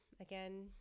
again